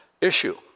issue